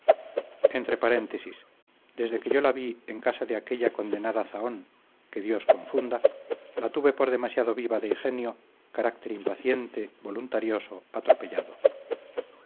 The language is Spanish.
entre paréntesis desde que yo la vi en casa de aquella condenada zahón que dios confunda la tuve por demasiado viva de genio carácter impaciente voluntarioso atropellado